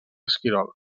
esquirol